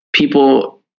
People